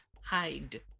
hide